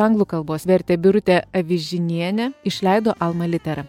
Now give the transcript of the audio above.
anglų kalbos vertė birutė avižinienė išleido alma litera